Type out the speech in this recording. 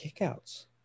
kickouts